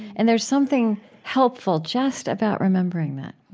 and there's something helpful just about remembering that.